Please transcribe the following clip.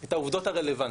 את העובדות הרלוונטיות,